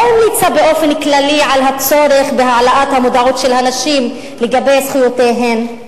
לא המליצה באופן כללי על הצורך בהעלאת המודעות של הנשים לגבי זכויותיהן,